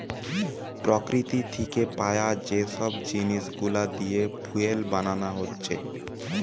প্রকৃতি থিকে পায়া যে সব জিনিস গুলা দিয়ে ফুয়েল বানানা হচ্ছে